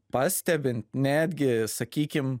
pastebint netgi sakykim